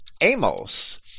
Amos